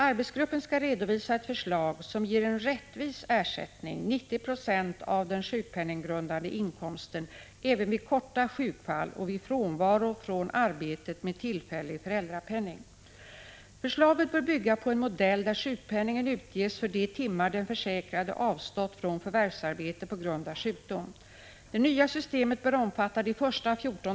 Arbetsgruppen har till uppgift att redovisa ett förslag rörande de första 14 dagarna i en sjukperiod som avses ge rättvis ersättning vid korta sjukfall och ledighet för vård av sjukt barn. Sjukförsäkringssystemets kanske största orättvisa bottnar i att det s.k. delningstalet för sjukpenningberäkningen är 365 dagar och inte det verkliga antalet arbetsdagar.